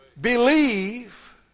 Believe